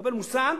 קבל מושג: